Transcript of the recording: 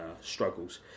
struggles